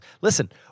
Listen